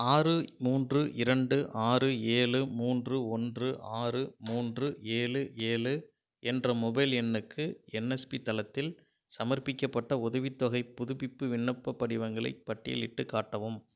ஆறு மூன்று இரண்டு ஆறு ஏழு மூன்று ஓன்று ஆறு மூன்று ஏழு ஏழு என்ற மொபைல் எண்ணுக்கு என்எஸ்பி தளத்தில் சமர்ப்பிக்கப்பட்ட உதவித்தொகைப் புதுப்பிப்பு விண்ணப்படிவங்களை பட்டியலிட்டுக் காட்டவும்